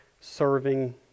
serving